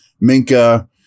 Minka